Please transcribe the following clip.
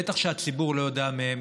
ובטח שהציבור לא יודע מהן,